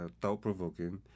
thought-provoking